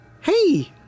Hey